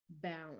balance